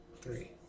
Three